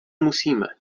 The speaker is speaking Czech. musíme